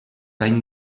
any